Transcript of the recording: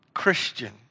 Christian